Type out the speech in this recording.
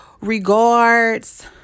regards